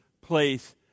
place